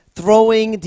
throwing